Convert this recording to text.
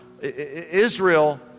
Israel